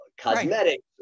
cosmetics